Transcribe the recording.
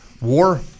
War